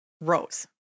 rows